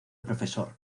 profesor